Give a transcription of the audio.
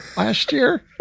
last year